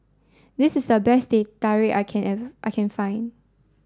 this is the best Teh Tarik I can I can find